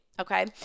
Okay